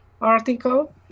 article